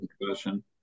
discussion